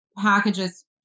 packages